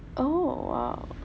oh !wow!